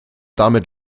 damit